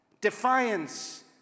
Defiance